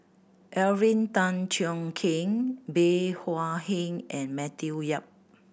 Alvin Tan Cheong Kheng Bey Hua Heng and Matthew Yap